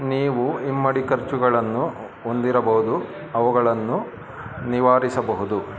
ನೀವು ಇಮ್ಮಡಿ ಖರ್ಚುಗಳನ್ನು ಹೊಂದಿರಬಹುದು ಅವುಗಳನ್ನು ನಿವಾರಿಸಬಹುದು